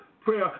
prayer